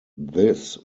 this